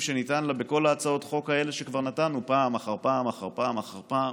שניתן לה בכל הצעות החוק האלה שכבר נתנו פעם אחר פעם אחר פעם אחר פעם.